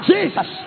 Jesus